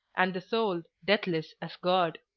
and the soul, deathless as god.